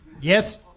yes